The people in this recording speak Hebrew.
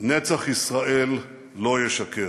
"נצח ישראל לא ישקר".